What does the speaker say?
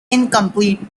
incomplete